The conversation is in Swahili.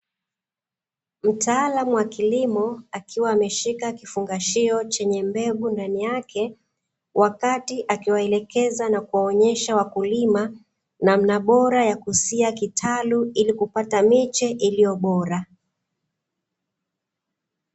Mtaalamu wa kilimo akiwa ameshika kifungashio chenye mbegu ndani yake, wakati akiwaelekeza na kuonyesha wakulima namna bora ya kusia kitalu ili kupata miche iliyo bora.